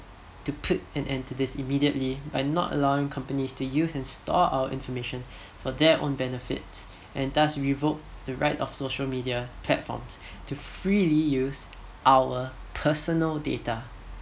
to put an end to this immediately by not allowing companies to use and store our information for their own benefits and thus revoke the right of social media platforms to freely use our personal data